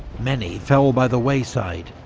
many fell by the wayside,